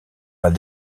pas